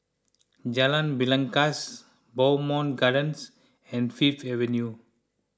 Jalan Belangkas Bowmont Gardens and Fifth Avenue